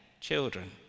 children